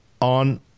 on